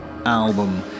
album